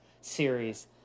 series